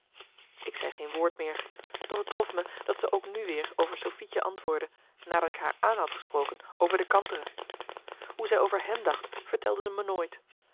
ik zei geen woord meer doch het trof me dat ze ook nu weer over sofietje antwoordde nadat ik haar aan had gesproken over de kantere hoe zij over hem dacht vertelde ze mij nooit